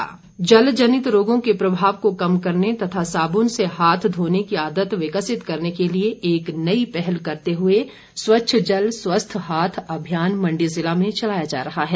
अभियान जल जनित रोगों के प्रभाव को कम करने तथा साबुन से हाथ धोने की आदत विकसित करने के लिए एक नई पहल करते हुए स्वच्छ जल स्वच्छ हाथ अभियान मंडी जिला में चलाया जा रहा है